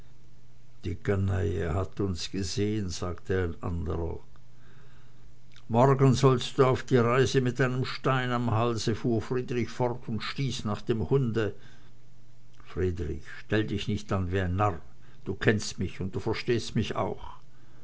die kanaille hat uns gesehen sagte ein anderer morgen sollst du auf die reise mit einem stein am halse fuhr friedrich fort und stieß nach dem hunde friedrich stell dich nicht an wie ein narr du kennst mich und du verstehst mich auch